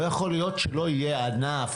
לא יכול להיות שלא יהיה ענף,